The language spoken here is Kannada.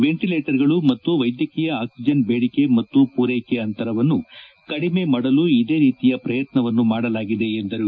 ವೆಂಟಿಲೇಟರ್ಗಳು ಮತ್ತು ವೈದ್ಯಕೀಯ ಆಕ್ಸಿಜನ್ ಬೇಡಿಕೆ ಮತ್ತು ಪೂರೈಕೆ ಅಂತರವನ್ನು ಕಡಿಮೆ ಮಾಡಲು ಇದೇ ರೀತಿಯ ಪ್ರಯತ್ನವನ್ನು ಮಾಡಲಾಗಿದೆ ಎಂದರು